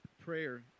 Prayer